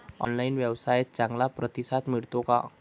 Online व्यवसायात चांगला प्रतिसाद मिळतो का?